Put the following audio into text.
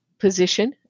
position